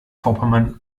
vorpommern